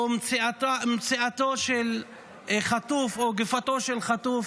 מציאת גופתו של חטוף